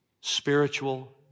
Spiritual